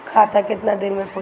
खाता कितना दिन में खुलि?